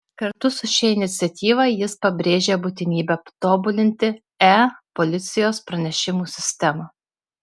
kartu su šia iniciatyva jis pabrėžia būtinybę tobulinti e policijos pranešimų sistemą